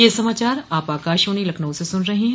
ब्रे क यह समाचार आप आकाशवाणी लखनऊ से सुन रहे हैं